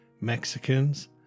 Mexicans